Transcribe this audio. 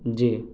جی